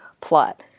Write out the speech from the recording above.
plot